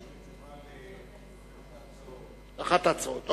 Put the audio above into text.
יש לי תשובה לאחת ההצעות.